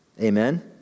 Amen